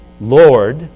Lord